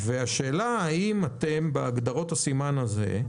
האם אתם בהגדרות הסימן הזה,